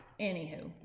anywho